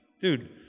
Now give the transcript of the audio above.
dude